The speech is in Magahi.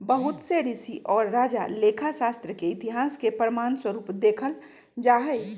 बहुत से ऋषि और राजा लेखा शास्त्र के इतिहास के प्रमाण स्वरूप देखल जाहई